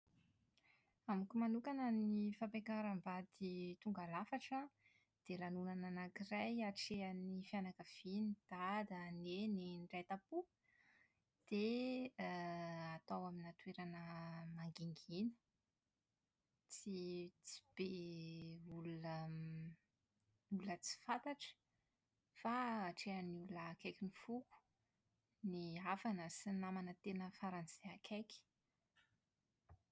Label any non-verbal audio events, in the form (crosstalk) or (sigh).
Amiko manokana ny fampiakaram-bady tonga lafatra an dia lanonana anankiray hatrehan'ny fianakaviana: dada, neny, ny mpiray tampo. Dia (hesitation) > atao amin'ny toerana mangingina, tsy tsy be olona (hesitation) > tsy fantatra fa hatrehan'ny olona akaiky ny foko. Ny havana sy ny namana tena faran'izay akaiky.